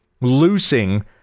loosing